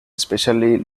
especially